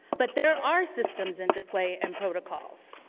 but there are systems into play, and protocols.